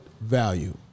value